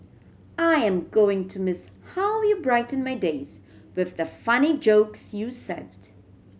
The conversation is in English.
I am going to miss how you brighten my days with the funny jokes you sent